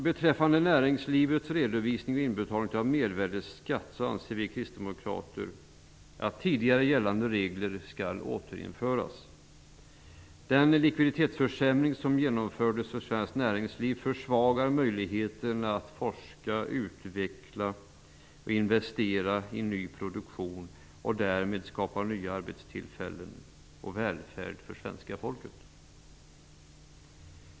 Beträffande näringslivets redovisning och inbetalning av mervärdesskatt anser vi kristdemokrater att tidigare gällande regler skall återinföras. Den likviditetsförsämring som genomfördes för svenskt näringsliv försämrar möjligheterna att forska, utveckla och investera i ny produktion och att därmed skapa nya arbetstillfällen och välfärd för svenska folket.